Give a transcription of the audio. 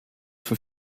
for